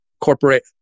corporate